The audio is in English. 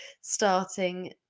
starting